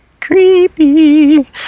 Creepy